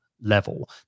level